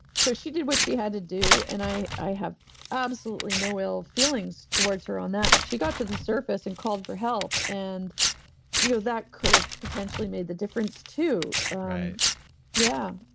so, she did what she had to do, and i i have absolutely no ill feelings towards her on that. she got to the surface and called for help. and you know that could have potentially made the difference, too. yeah.